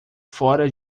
fora